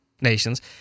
nations